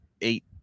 eight